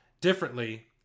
differently